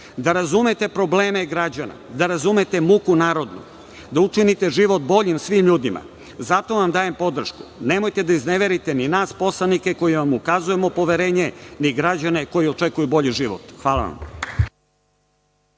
da razumete probleme građana, da razumete muku naroda, da učinite život boljim svim ljudima. Zato vam dajem podršku. Nemojte da izneverite ni nas poslanike koji vam ukazujemo poverenje, ni građane koji očekuju bolji život. Hvala.